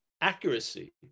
accuracy